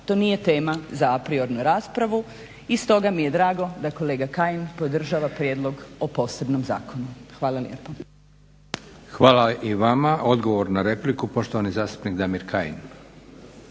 To nije tema za apriornu raspravu i stoga mi je drago da kolega Kajin podržava prijedlog o posebnom zakonu. Hvala lijepo. **Leko, Josip (SDP)** Hvala i vama. Odgovor na repliku poštovani zastupnik Damir Kajin.